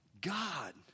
God